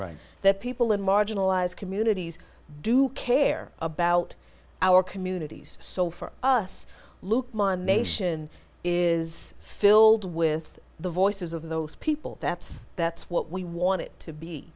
right there people in marginalized communities do care about our communities so for us look my nation is filled with the voices of those people that's that's what we want it to